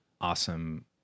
awesome